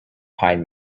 pine